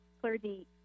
clergy